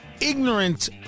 ignorant